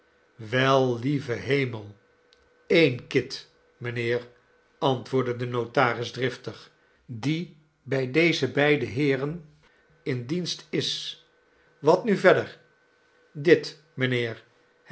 wel lieve hemel een kit mynheer antwoordde de notaris driftig die bij deze beide heeren in dienst is wat nu verder dit mijnheer